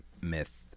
myth